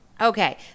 okay